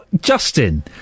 Justin